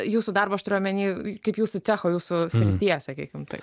jūsų darbą aš turiu omeny kaip jūsų cecho jūsų srities sakykim taip